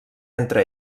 entre